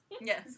Yes